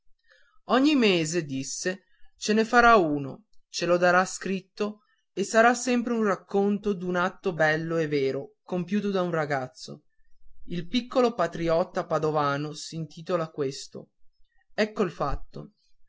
ogni mese disse ce ne farà uno ce lo darà scritto e sarà sempre il racconto d'un atto bello e vero compiuto da un ragazzo il piccolo patriotta padovano s'intitola questo ecco il fatto